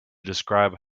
describe